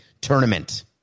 tournament